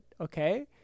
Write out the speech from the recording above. okay